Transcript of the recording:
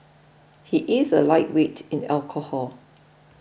he is a lightweight in alcohol